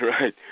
right